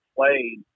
played